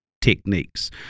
techniques